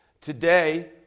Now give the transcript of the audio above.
Today